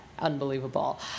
unbelievable